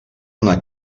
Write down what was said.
una